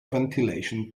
ventilation